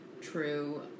true